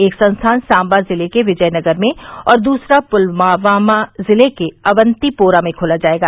एक संस्थान सांबा जिले के विजयनगर में और दूसरा पुलवामा जिले के अवंतीपोरा में खोला जायेगा